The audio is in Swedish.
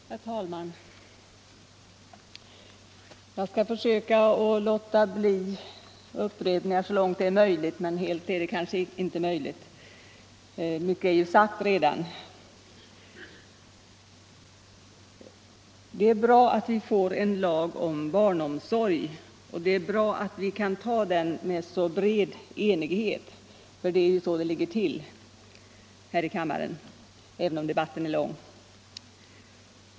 Herr talman! Jag skall försöka låta bli upprepningar så långt det är möjligt, men helt kan kanske inte sådana undvikas. Mycket är ju sagt redan. Det är bra att vi får en lag om barnomsorg och det är bra att vi kan anta den under så bred enighet, för det är ju situationen här i kammaren, även om debatten är lång.